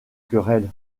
querelle